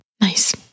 Nice